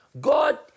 God